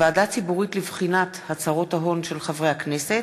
ועדה ציבורית לבחינת הצהרות ההון של חברי הכנסת),